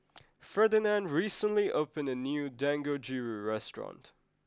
Ferdinand recently opened a new Dangojiru restaurant